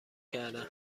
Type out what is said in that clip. کردم